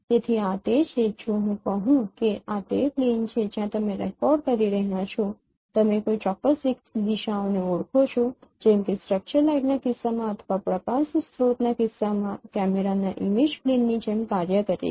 તેથી આ તે છે જો હું કહું કે આ તે પ્લેન છે જ્યાં તમે રેકોર્ડ કરી રહ્યાં છો તમે કોઈ ચોક્કસ દિશાઓને ઓળખો છો જેમ કે તે સ્ટ્રક્ચર્ડ લાઇટના કિસ્સામાં અથવા પ્રકાશ સ્રોતના કિસ્સામાં કેમેરાના ઇમેજ પ્લેનની જેમ કાર્ય કરે છે